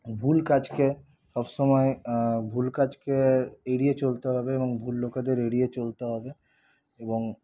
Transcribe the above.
ভুল কাজকে সবসময় ব্যক্তি ভুল কাজকে এড়িয়ে চলতে হবে এবং ভুল লোকেদের এড়িয়ে চলতে হবে এবং